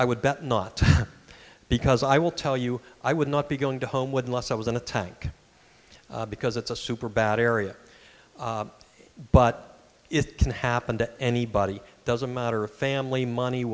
i would bet not because i will tell you i would not be going to home with unless i was in a tank because it's a super bad area but it can happen to anybody doesn't matter a family money